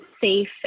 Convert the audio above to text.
safe